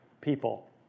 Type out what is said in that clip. people